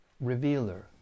revealer